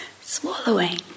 swallowing